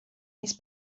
his